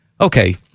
Okay